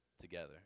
together